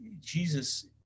Jesus